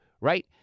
right